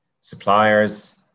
suppliers